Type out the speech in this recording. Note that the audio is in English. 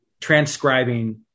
transcribing